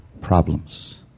Problems